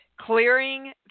clearing